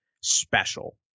special